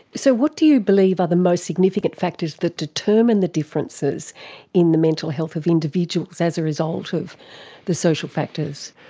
so what do you believe are the most significant factors that determine the differences in the mental health of individuals as a result of the social factors?